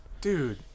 dude